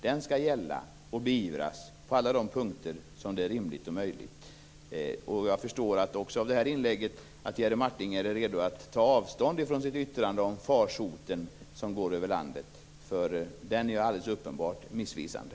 Den skall gälla på alla de punkter där det är rimligt och möjligt. Av Jerry Martingers inlägg förstår jag att han är redo att ta avstånd från sitt yttrande om farsoten som går över landet. Den är nämligen alldeles uppenbarligen missvisande.